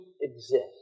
exist